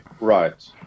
Right